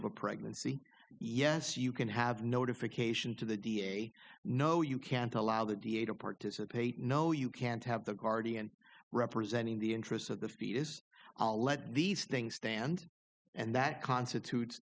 of a pregnancy yes you can have notification to the da no you can't allow the da to participate no you can't have the guardian representing the interests of the penis i'll let these things stand and that constitutes